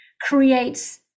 creates